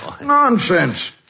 Nonsense